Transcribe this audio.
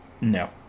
No